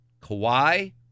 Kawhi